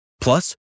Plus